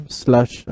slash